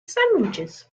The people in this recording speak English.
sandwiches